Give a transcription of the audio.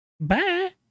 bye